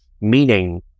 meaning